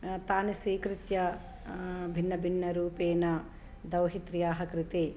तानि स्वीकृत्य भिन्नभिन्नरूपेण दौहित्र्याः कृते